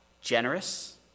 generous